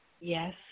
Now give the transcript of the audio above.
Yes